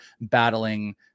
battling